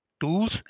tools